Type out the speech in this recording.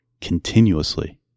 continuously